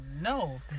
no